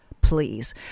please